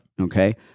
Okay